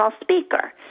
speaker